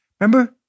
Remember